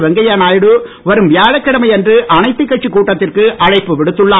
வெங்கய்யா நாயுடு வரும் வியாழக்கிழமை அன்று அனைத்துக் கட்சி கூட்டத்திற்கு அழைப்பு விடுத்துள்ளார்